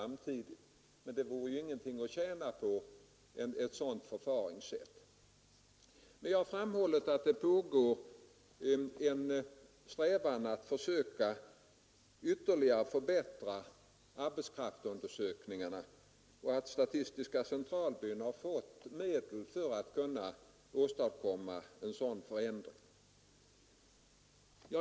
Men det vore ingenting att tjäna på ett sådant förfaringssätt. Jag har framhållit att det pågår en strävan att försöka ytterligare förbättra arbetskraftsundersökningarna och att statistiska centralbyrån har fått medel för att kunna åstadkomma en sådan förändring.